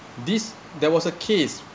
this there was a case